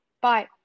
Bye